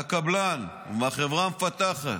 מהקבלן או מהחברה המפתחת,